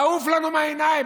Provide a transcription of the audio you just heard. תעוף לנו מהעיניים.